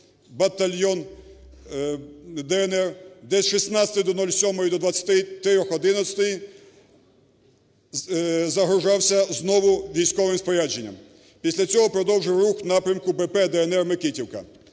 батальйон "ДНР", де з 16:07 до 23:11 загружався знову військовим спорядженням. Після цього продовжив рух в напрямку БП "ДНР" "Микитівка".